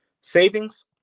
Savings